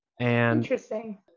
Interesting